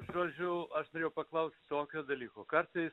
žodžiu aš norėjau paklaust tokio dalyko kartais